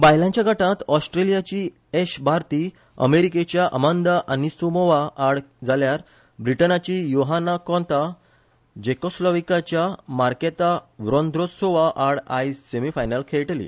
बायलांच्या गटांत ऑस्ट्रेलियाची एश बारती अमेरिकेच्या आमांदा आनीसुमोवा आड जाल्यार ब्रिटनाची योहाना कोंता जेकोस्लोवाकियाच्या मारकेता वोंद्रोसोवा आड आयज सेमी फायनल खेळटली